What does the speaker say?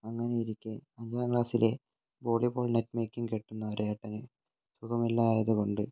അങ്ങനെ ഇരിക്കെ അഞ്ചാം ക്ലാസ്സിലെ വോളിബോൾ നെറ്റ് മേക്കിങ്ങ് കെട്ടുന്ന ഒരേട്ടനെ സുഖമില്ലായതുകൊണ്ട്